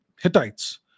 Hittites